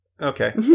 Okay